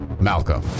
Malcolm